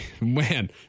man